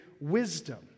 wisdom